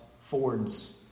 Fords